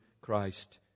Christ